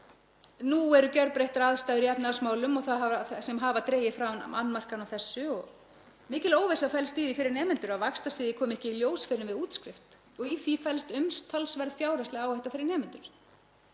Nú eru gjörbreyttar aðstæður í efnahagsmálum sem hafa dregið fram annmarka á þessu. Mikil óvissa felst í því fyrir nemendur að vaxtastigið komi ekki í ljós fyrr en við útskrift og í því felst umtalsverð fjárhagsleg áhætta fyrir nemendur.